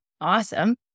awesome